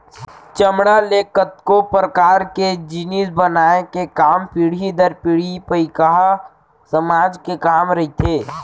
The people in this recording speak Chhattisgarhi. चमड़ा ले कतको परकार के जिनिस बनाए के काम पीढ़ी दर पीढ़ी पईकहा समाज के काम रहिथे